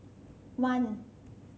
one